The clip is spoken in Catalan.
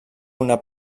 una